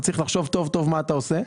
אתה צריך לחשוב טוב טוב מה אתה עושה.